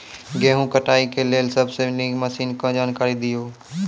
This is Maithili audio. गेहूँ कटाई के लेल सबसे नीक मसीनऽक जानकारी दियो?